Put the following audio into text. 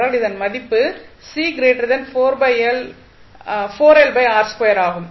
என்றால் இதன் மதிப்பு ஆகும்